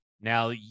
Now